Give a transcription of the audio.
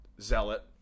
zealot